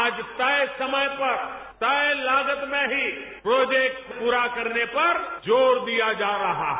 आज तय समय पर तय लागत में ही प्रोर्जेक्ट पूरा करने पर जोर दिया जा रहा है